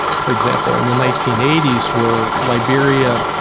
for example, in the nineteen eighty s were liberia,